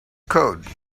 code